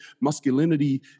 masculinity